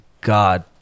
God